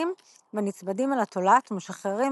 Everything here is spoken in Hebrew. נמשכים ונצמדים אל התולעת ומשחררים